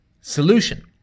solution